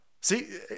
See